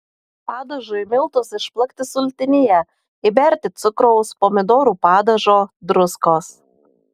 padažui miltus išplakti sultinyje įberti cukraus pomidorų padažo druskos